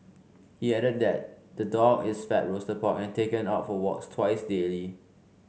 he added that the dog is fed roasted pork and taken out for walks twice daily